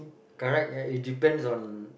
correct ya it depends on